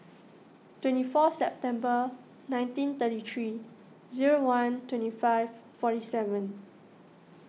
twenty four September nineteen thirty three zero one twenty five forty seven